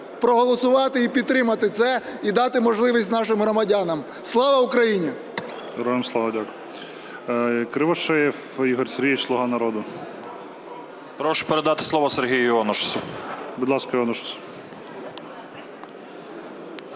проголосувати і підтримати це і дати можливість нашим громадянам. Слава Україні!